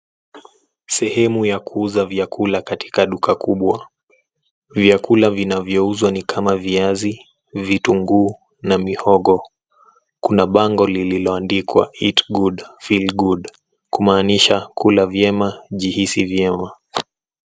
Sehemu ya kuuza vyakula katika duka kubwa. Vyakula vinavyouzwa ni kama: viazi, vitunguu na mihogo. Kuna bango lililoandikwa 'eat good, feel good' kumaanisha 'kula vyema, jihisi vyema'.